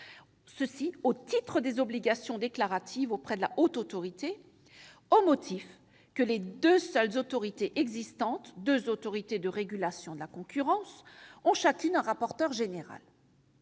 au titre des obligations déclaratives auprès de la HATVP, au motif que les deux seules autorités existantes -deux autorités de régulation de la concurrence -ont chacune un rapporteur général.